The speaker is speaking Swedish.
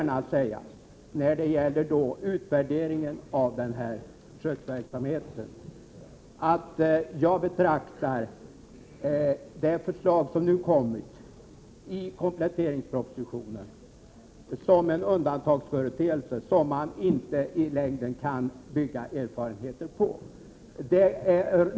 När det gäller utvärderingen av försöksverksamheten vill jag gärna säga att jag betraktar det förslag som nu har kommit i kompletteringspropositionen som en undantagsföreteelse, som vi inte i längden kan bygga några erfarenheter på.